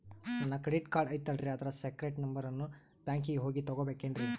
ನನ್ನ credit card ಐತಲ್ರೇ ಅದರ ಸೇಕ್ರೇಟ್ ನಂಬರನ್ನು ಬ್ಯಾಂಕಿಗೆ ಹೋಗಿ ತಗೋಬೇಕಿನ್ರಿ?